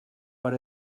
per